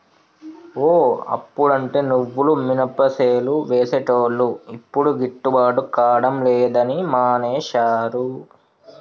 ఓ అప్పుడంటే నువ్వులు మినపసేలు వేసేటోళ్లు యిప్పుడు గిట్టుబాటు కాడం లేదని మానేశారు